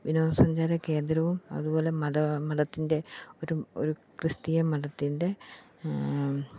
വിനോദസഞ്ചാര കേന്ദ്രവും അതുപോലെ മത മതത്തിൻ്റെ ഒരു ഒരു ക്രിസ്തീയ മതത്തിൻ്റെ